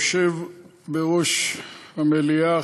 היושב בראש המליאה,